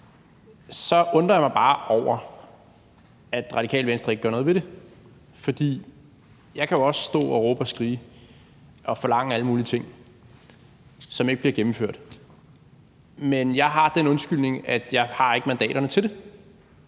Så undrer jeg mig bare over, at Radikale Venstre ikke gør noget ved det. For jeg kan jo også stå og råbe og skrige og forlange alle mulige ting, som ikke bliver gennemført. Men jeg har den undskyldning, at jeg ikke har mandaterne til det,